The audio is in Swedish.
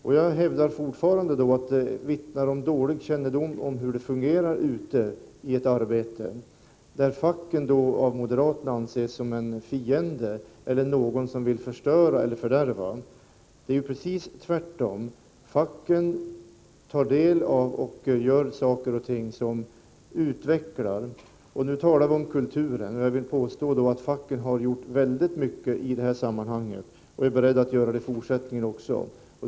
Jag hävdar fortfarande att det vittnar om dålig kännedom om hur det fungerar ute på en arbetsplats, när facket av moderaterna betraktas som en fiende, eller som någon som vill förstöra och fördärva. Det är ju precis tvärtom. Facket tar del av och gör saker och ting som utvecklar. Nu talar vi om kulturen, och jag vill påstå att facket har gjort mycket i detta sammanhang och är berett att göra det i fortsättningen också.